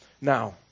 now